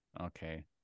okay